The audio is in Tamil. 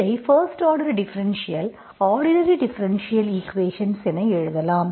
இதை first order differential ordinary differential equations என எழுதலாம்